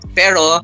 pero